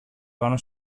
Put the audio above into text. πάνω